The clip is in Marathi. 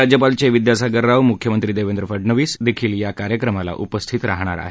राज्यपाल चे विद्यासागर राव मुख्यमंत्री देवेंद्र फडणवीस या कार्यक्रमाला उपस्थित राहणार आहेत